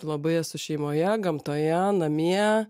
labai esu šeimoje gamtoje namie